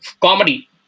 comedy